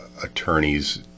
attorneys